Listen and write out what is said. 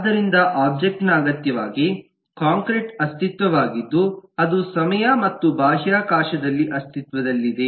ಆದ್ದರಿಂದ ಒಬ್ಜೆಕ್ಟ್ ನ ಅಗತ್ಯವಾಗಿ ಕಾಂಕ್ರೀಟ್ ಅಸ್ತಿತ್ವವಾಗಿದ್ದು ಅದು ಸಮಯ ಮತ್ತು ಬಾಹ್ಯಾಕಾಶದಲ್ಲಿ ಅಸ್ತಿತ್ವದಲ್ಲಿದೆ